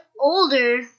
older